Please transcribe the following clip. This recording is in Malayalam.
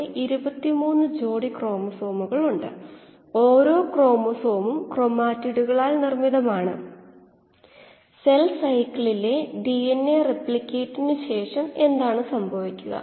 അതായത് x പൂജ്യമായാൽ ഔട്ട്ലെറ്റ് സ്ട്രീമിലെ കോശങ്ങളുടെ ഗാഢത ഇല്ല എന്നാണ് അതായത് ഔട്ട്ലെറ്റ് സ്ട്രീമിൽ കോശങ്ങളൊന്നും പുറത്തു വരുന്നില്ല അതിനെ വാഷ് ഔട്ട് അവസ്ഥ എന്ന് വിളിക്കുന്നു